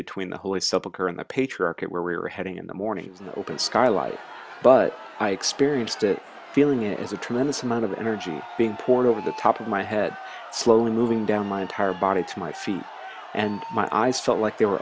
sepulcher and the patriarchate where we were heading in the morning in the open skylight but i experienced it feeling it as a tremendous amount of energy being poured over the top of my head slowly moving down my entire body to my feet and my eyes felt like they were